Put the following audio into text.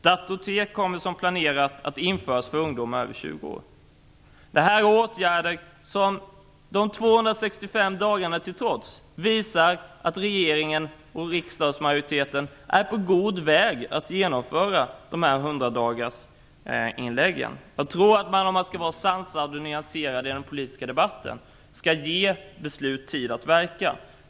Datortek kommer, som planerat, att införas för ungdomar över 20 år. Det här är åtgärder som - de 265 dagarna till trots - visar att regeringen och riksdagsmajoriteten är på god väg att genomföra de här 100-dagarsinläggen. Om man är sansad och nyanserad i den politiska debatten, tror jag att man skall ge beslut tid att verka.